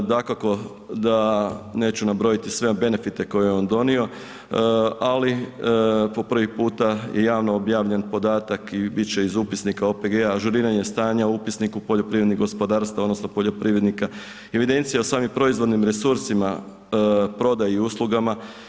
Dakako da neću nabrojati sve benefite koje je on donio, ali po prvi puta je javno objavljen podatak i bit će iz upisnika OPG-a, ažuriranje stanja u upisniku poljoprivrednih gospodarstava, odnosno poljoprivrednika, evidencija o samim proizvodnim resursima, prodaji i uslugama.